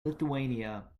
lithuania